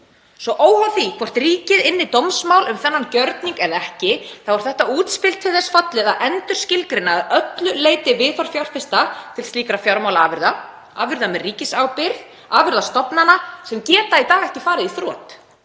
Svo óháð því hvort ríkið ynni dómsmál um þennan gjörning eða ekki þá er þetta útspil til þess fallið að endurskilgreina að öllu leyti viðhorf fjárfesta til slíkra fjármálaafurða, afurða með ríkisábyrgð, afurða stofnana sem geta í dag ekki farið í þrot